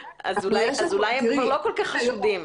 אולי הם כבר לא כל כך חשודים.